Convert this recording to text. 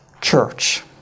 Church